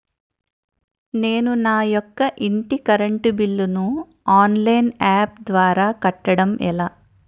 నేను నా యెక్క ఇంటి కరెంట్ బిల్ ను ఆన్లైన్ యాప్ ద్వారా కట్టడం ఎలా?